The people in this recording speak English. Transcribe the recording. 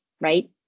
right